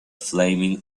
flaming